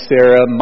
Sarah